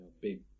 big